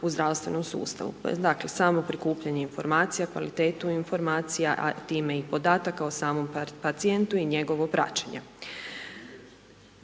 u zdravstvenom sustavu, dakle, samo prikupljanje informacija, kvalitetu informacija, a time i podataka o samom pacijentu i njegovo praćenje.